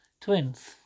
twins